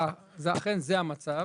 אכן, זהו המצב.